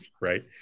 right